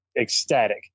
ecstatic